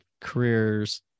careers